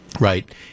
Right